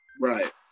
Right